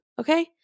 Okay